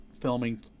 filming